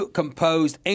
composed